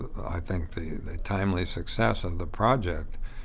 i think, the timely success of the project.